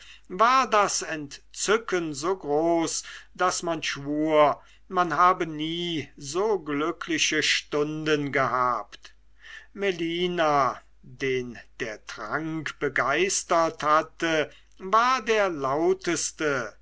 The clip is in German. war das entzücken so groß daß man schwur man habe nie so glückliche stunden gehabt melina den der trank begeistert hatte war der lauteste